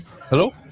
hello